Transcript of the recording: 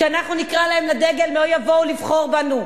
כשאנחנו נקרא להם לדגל, הם לא יבואו לבחור בנו.